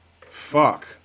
Fuck